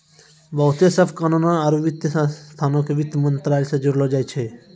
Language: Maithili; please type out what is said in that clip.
बहुते सभ कानूनो आरु वित्तीय संस्थानो के वित्त मंत्रालय से जोड़लो जाय छै